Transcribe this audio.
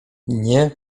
nie